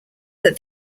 that